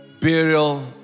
burial